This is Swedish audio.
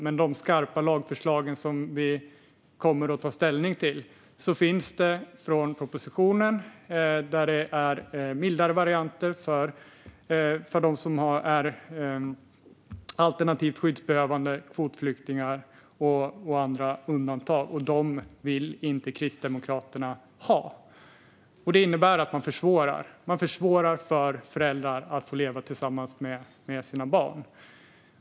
Men i de skarpa lagförslag som vi kommer att ta ställning till finns det från oppositionen mildare varianter för dem som är alternativt skyddsbehövande, kvotflyktingar och andra undantag, och dem vill Kristdemokraterna inte ha. Det innebär att man försvårar. Man försvårar för föräldrar att leva tillsammans med sina barn.